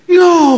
no